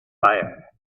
fire